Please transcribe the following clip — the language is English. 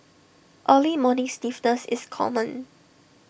early morning stiffness is common